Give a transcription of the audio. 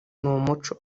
n’umuco